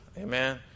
Amen